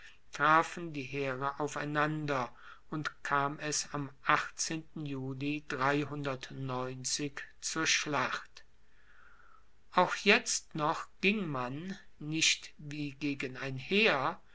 trafen die heere aufeinander und kam es am juli zur schlacht auch jetzt noch ging man nicht wie gegen ein heer